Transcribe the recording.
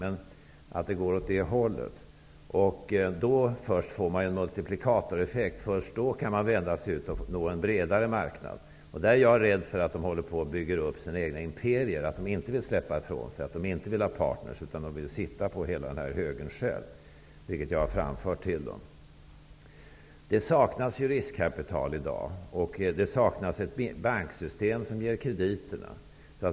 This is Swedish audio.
Först när utvecklingen går åt nämnda håll får man en multiplikatoreffekt. Först då kan man vända sig utåt för att nå en bredare marknad. Men jag är rädd för att man håller på att bygga upp egna imperier, att man inte vill släppa något ifrån sig och att man inte vill ha partner. I stället vill man, är jag rädd för, sitta på hela den här högen själv. Detta har jag också framfört. Det saknas riskkapital i dag, och det saknas ett banksystem som ger krediter.